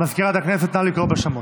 מזכירת הכנסת, נא לקרוא בשמות.